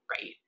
right